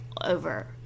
over